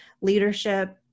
leadership